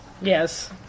yes